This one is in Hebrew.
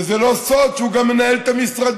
וזה לא סוד שהוא גם מנהל את המשרדים.